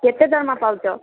କେତେ ଦରମା ପାଉଛ